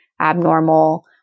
abnormal